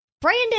Brandon